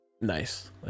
nice